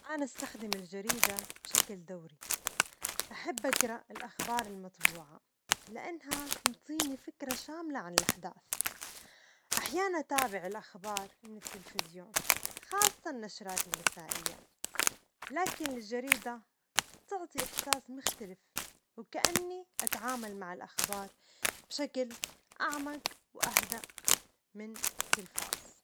أنا أستخدم الجريدة بشكل دوري، أحب أجرأ الأخبار المطبوعة لأنها تعطيني فكرة شاملة عن الأحداث، أحياناً أتابع الأخبار من التلفزيون، خاصة النشرات المسائية، لكن الجريدة تعطي إحساس مختلف و كأني أتعامل مع الأخبار بشكل أعمج و أهدي من التلفاز.